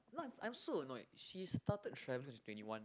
no I'm I'm so annoyed she started travelling when she was twenty one